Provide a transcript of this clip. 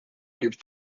give